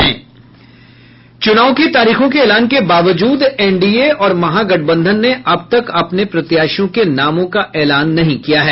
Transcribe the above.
चुनाव की तारीखों के एलान के बावजूद एनडीए और महागठबंधन ने अब तक अपने प्रत्याशियों के नामों का एलान नहीं किया है